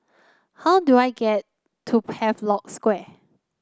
how do I get to Havelock Square